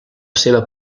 seva